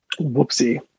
Whoopsie